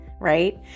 Right